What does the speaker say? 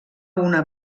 una